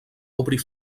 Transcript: obrir